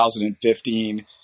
2015